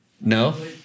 No